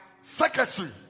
secretary